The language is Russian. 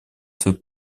свой